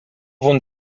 vont